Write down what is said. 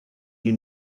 you